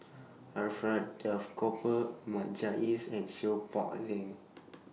Alfred Duff Cooper Ahmad Jais and Seow Peck A Leng